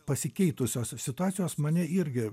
pasikeitusios situacijos mane irgi